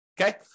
Okay